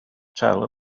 tell